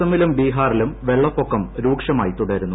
അസമിലും ബീഹാര്യിലൂർ വെളളപ്പൊക്കം രൂക്ഷമായി തുടരുന്നു